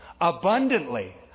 abundantly